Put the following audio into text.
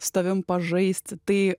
su tavimi pažaisti tai